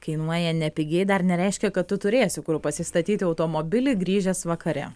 kainuoja nepigiai dar nereiškia kad tu turėsi kur pasistatyti automobilį grįžęs vakare